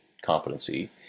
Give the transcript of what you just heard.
competency